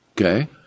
Okay